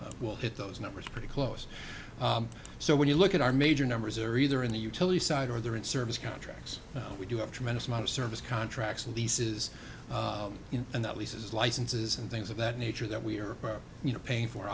will hit those numbers pretty close so when you look at our major numbers are either in the utility side or they're in service contracts we do have tremendous amount of service contracts and leases and that leases licenses and things of that nature that we are you know paying for